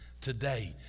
today